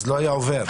זה לא היה עובר.